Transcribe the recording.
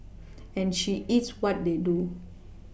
and she eats what they do